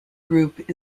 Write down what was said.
group